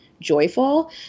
joyful